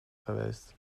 geweest